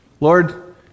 Lord